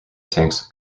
tanks